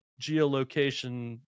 geolocation